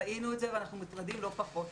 ראינו את זה ואנחנו מוטרדים לא פחות.